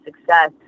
success